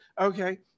Okay